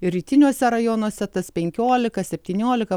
ir rytiniuose rajonuose tas penkiolika septyniolika